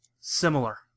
Similar